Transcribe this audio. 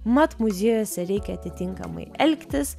mat muziejuose reikia atitinkamai elgtis